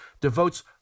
devotes